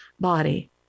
body